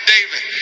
David